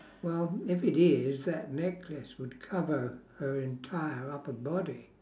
well if it is that necklace would cover her entire upper body